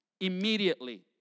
immediately